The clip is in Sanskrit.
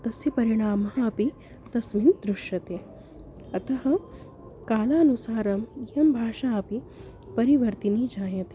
तस्य परिणामः अपि तस्मिन् दृश्यते अतः कालानुसारम् इयं भाषा अपि परिवर्तिनी जायते